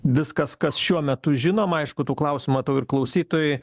viskas kas šiuo metu žinoma aišku tų klausimų matau ir klausytojai